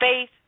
faith